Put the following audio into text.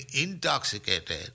intoxicated